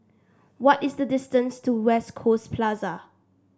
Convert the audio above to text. what is the distance to West Coast Plaza